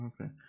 Okay